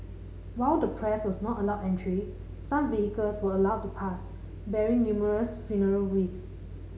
while the press was not allowed entry some vehicles were allowed to pass bearing numerous funeral wreaths